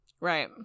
Right